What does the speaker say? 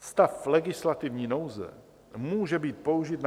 Stav legislativní nouze může být použit na